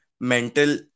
mental